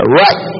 right